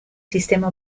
sistema